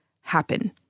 happen